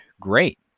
great